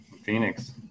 Phoenix